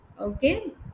Okay